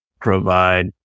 provide